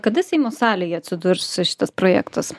kada seimo salėj atsidurs šitas projektas